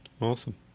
Awesome